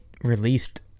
released